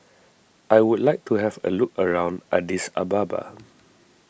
I would like to have a look around Addis Ababa